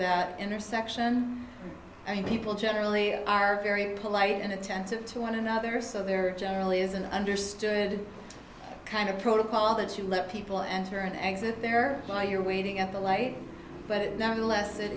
that intersection and people generally are very polite and attentive to one another so they're generally is an understood kind of protocol that you let people enter and exit there well you're waiting at the light but nevertheless it